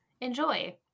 enjoy